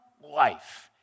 life